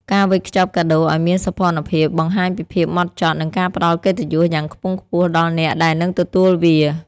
ការវេចខ្ចប់កាដូឱ្យមានសោភ័ណភាព បង្ហាញពីភាពហ្មត់ចត់ និងការផ្ដល់កិត្តិយសយ៉ាងខ្ពង់ខ្ពស់ដល់អ្នកដែលនឹងទទួលវា។